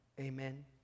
Amen